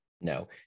No